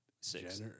Six